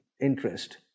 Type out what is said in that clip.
interest